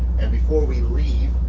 and before we leave,